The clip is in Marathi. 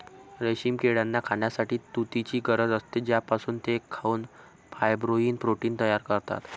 रेशीम किड्यांना खाण्यासाठी तुतीची गरज असते, ज्यापासून ते खाऊन फायब्रोइन प्रोटीन तयार करतात